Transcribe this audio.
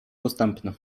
dostępny